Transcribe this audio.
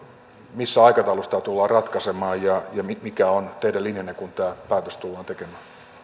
missä aikataulussa tämä tullaan ratkaisemaan ja mikä on teidän linjanne kun tämä päätös tullaan tekemään